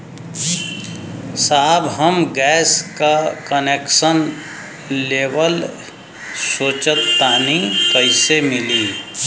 साहब हम गैस का कनेक्सन लेवल सोंचतानी कइसे मिली?